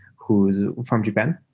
who's from japan.